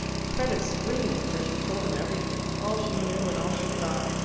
perfetta screamed for she told him everything all she knew and all she thought.